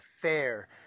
fair